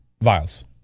vials